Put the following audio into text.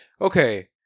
Okay